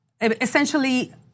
essentially